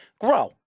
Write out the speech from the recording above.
grow